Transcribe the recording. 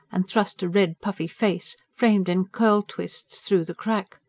and thrust a red, puffy face, framed in curl-twists, through the crack.